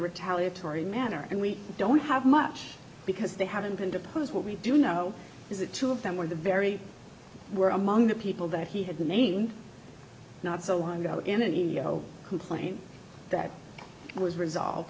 retaliatory manner and we don't have much because they haven't been deposed but we do know is that two of them were the very were among the people that he had named not so long ago in any you know complaint that was resolved